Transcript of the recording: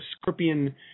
scorpion